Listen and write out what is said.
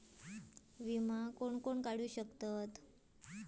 विमा कोण कोण काढू शकता?